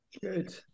Good